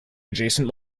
adjacent